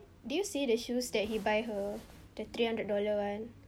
did you see the shoes that he buy her the three hundred dollar one